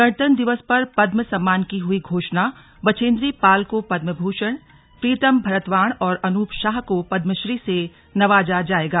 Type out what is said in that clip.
गणतंत्र दिवस पर पद्म सम्मान की हुई घोषणाबछेंद्री पाल को पद्म भूषण प्रीतम भरतवाण और अनूप साह को पद्मश्री से नवाजा जाएगा